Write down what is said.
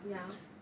ya